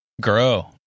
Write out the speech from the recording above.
grow